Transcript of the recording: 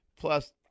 Plus